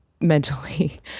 mentally